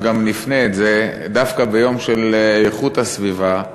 דווקא ביום של איכות הסביבה.